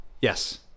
Yes